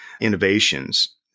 innovations